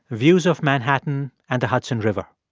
views of manhattan and the hudson river.